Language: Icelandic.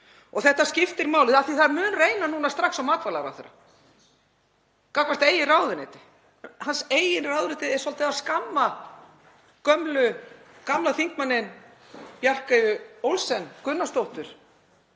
Þetta skiptir máli af því að það mun reyna núna strax á matvælaráðherra gagnvart eigin ráðuneyti, hans eigin ráðuneyti er svolítið að skamma gamla þingmanninn, Bjarkeyju Olsen Gunnarsdóttur,